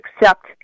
accept